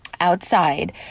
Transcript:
outside